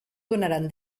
donaran